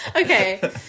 Okay